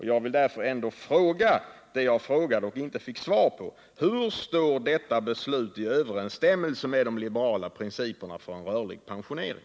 Jag vill därför ändå fråga det jag frågade och inte fick svar på: Hur står detta beslut i överensstämmelse med de liberala principerna för en rörlig pensionering?